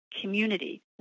community